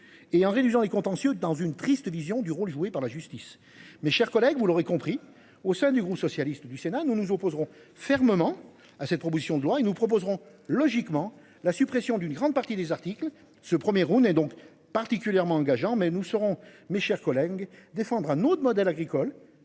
Et en réduisant les contentieux dans une triste vision du rôle joué par la justice. Mes chers collègues, vous l'aurez compris, au sein du groupe socialiste du Sénat. Nous nous opposerons fermement à cette proposition de loi et nous proposerons logiquement la suppression d'une grande partie des articles ce 1er est donc particulièrement engageant mais nous serons mes chers collègues, défendre un autre modèle agricole